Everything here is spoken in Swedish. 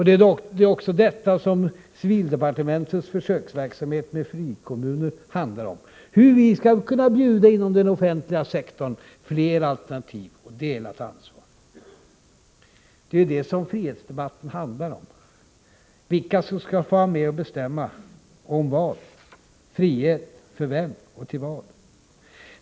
Det är detta som civildepartementets försöksverksamhet med frikommuner handlar om: hur vi skall kunna inom den offentliga sektorn erbjuda flera alternativ och delat ansvar. Det är detta som frihetsdebatten handlar om: vilka som skall vara med och bestämma om vad, frihet för vem och till vad.